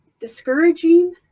discouraging